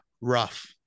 rough